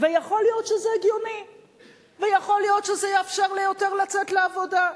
ויכול להיות שזה הגיוני ויכול להיות שזה יאפשר ליותר לצאת לעבודה,